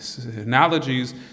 analogies